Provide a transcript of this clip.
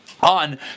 on